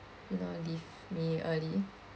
you know leave me early